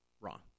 wrong